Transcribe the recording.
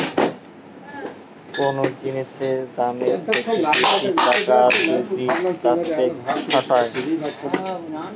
কোন জিনিসের দামের থেকে বেশি টাকা যদি তাতে খাটায়